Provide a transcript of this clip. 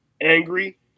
angry